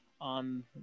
on